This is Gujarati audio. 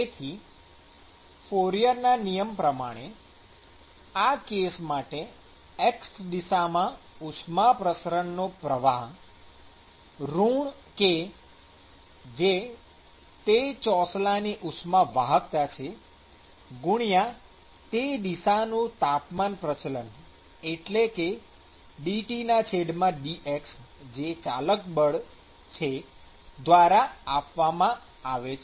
તેથી ફોરિયરના નિયમ પ્રમાણે આ કેસ માટે x દિશામાં ઉષ્મા પ્રસરણનો પ્રવાહ ઋણ k જે તે ચોસલાની ઉષ્માવાહકતા છે ગુણ્યા તે દિશાનું તાપમાન પ્રચલન એટલે કે dTdx જે ચાલક બળ છે દ્વારા આપવામાં આવે છે